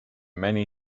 many